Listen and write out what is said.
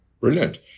Brilliant